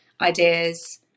ideas